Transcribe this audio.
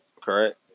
correct